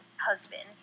Husband